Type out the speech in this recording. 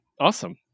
awesome